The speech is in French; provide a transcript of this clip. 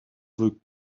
veut